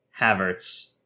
havertz